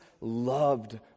loved